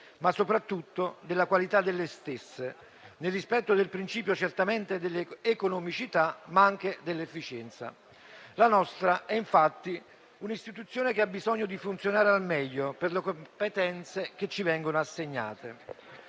ma soprattutto della qualità delle stesse, nel rispetto del principio certamente dell'economicità, ma anche dell'efficienza. La nostra è infatti un'istituzione che ha bisogno di funzionare al meglio per le competenze che ci vengono assegnate.